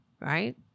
Right